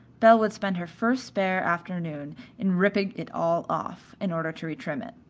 belle would spend her first spare afternoon in ripping it all off, in order to retrim it.